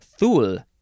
thul